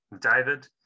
David